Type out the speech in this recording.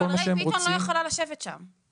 אבל ריי ביטון לא יכולה לשבת שם.